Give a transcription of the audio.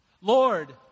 Lord